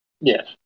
Yes